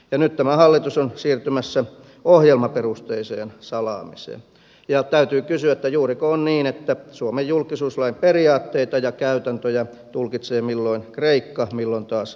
nyt tämä hallitus on siirtymässä ohjelmaperusteiseen salaamiseen ja täytyy kysyä juuriko on niin että suomen julkisuuslain periaatteita ja käytäntöjä tulkitsee milloin kreikka milloin taas israel